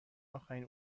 آخرین